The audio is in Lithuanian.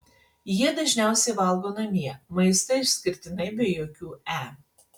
jie dažniausiai valgo namie maistą išskirtinai be jokių e